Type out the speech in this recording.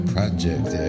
Project